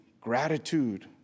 gratitude